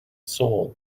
soul